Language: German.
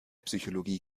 psychologie